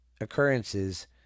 occurrences